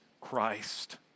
Christ